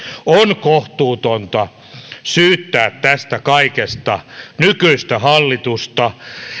on kohtuutonta syyttää tästä kaikesta nykyistä hallitusta